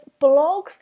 blogs